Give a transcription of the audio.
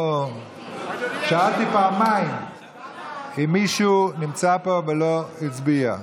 שאלתי פעמיים אם מישהו נמצא פה ולא הצביע.